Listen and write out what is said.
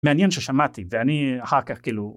מעניין ששמעתי ואני אחר כך כאילו.